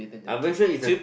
I'm very sure it's a